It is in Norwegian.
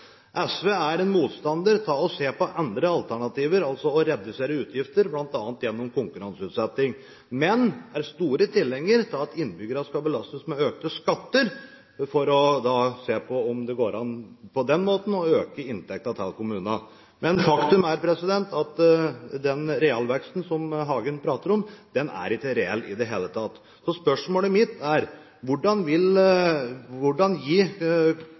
SV er motstander av å se på andre alternativer, altså å redusere utgifter bl.a. gjennom konkurranseutsetting, men er en stor tilhenger av at innbyggerne skal belastes med økte skatter for å se på om det går an på den måten å øke inntektene til kommunene. Men faktum er at den realveksten Hagen snakker om, ikke er reell i det hele tatt. Mitt spørsmål er: Hvordan